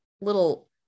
little